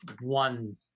one